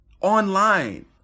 online